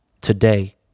today